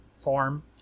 form